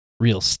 real